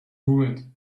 ruined